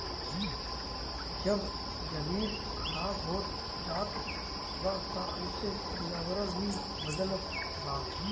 जब जमीन खराब होत जात बा त एसे पर्यावरण भी बदलत बा